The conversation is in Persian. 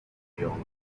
میاوردم